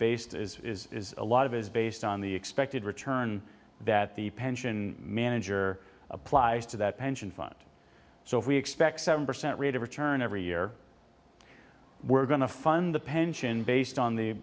d is a lot of is based on the expected return that the pension manager applies to that pension fund so if we expect seven percent rate of return every year we're going to fund the pension based on the